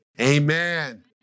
amen